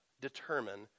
determine